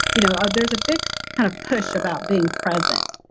you know there's a big kind of push about being present.